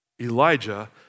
Elijah